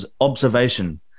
observation